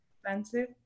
expensive